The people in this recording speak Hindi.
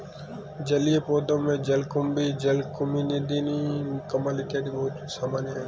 जलीय पौधों में जलकुम्भी, जलकुमुदिनी, कमल इत्यादि बहुत सामान्य है